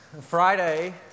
Friday